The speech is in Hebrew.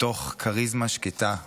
מתוך כריזמה שקטה ושלווה.